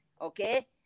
Okay